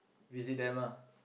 visit them lah